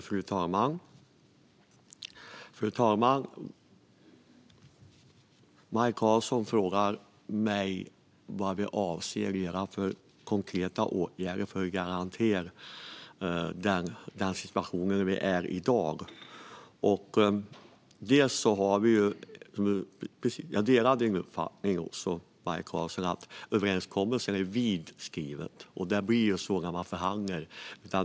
Fru talman! Maj Karlsson frågar mig vad vi avser att göra för att garantera att vi inte hamnar i den situation som är i dag. Jag delar din uppfattning, Maj Karlsson, att överenskommelsen är vitt skriven, och det blir ju så när man förhandlar.